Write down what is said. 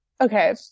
Okay